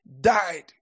died